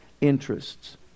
interests